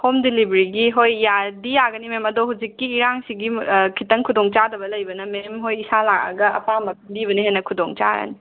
home ꯗꯤꯂꯤꯕ꯭ꯔꯤꯒꯤ ꯍꯣꯏ ꯌꯥꯗꯤ ꯌꯥꯒꯅꯤ ꯃꯦꯝ ꯑꯗꯣ ꯍꯨꯖꯤꯛꯀꯤ ꯏꯔꯥꯡꯁꯤꯒꯤ ꯈꯤꯇꯪ ꯈꯨꯗꯣꯡꯆꯥꯗꯕ ꯂꯩꯕꯅ ꯃꯦꯝꯍꯣꯏ ꯏꯁꯥ ꯂꯥꯛꯑꯒ ꯑꯄꯥꯝꯕ ꯈꯟꯕꯤꯕꯅ ꯍꯦꯟꯅ ꯈꯨꯗꯣꯡꯆꯥꯔꯅꯤ